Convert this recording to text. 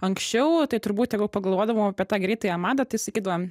anksčiau tai turbūt jeigu pagalvodavom apie tą greitąją madą tai sakydavom